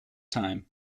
time